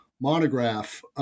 monograph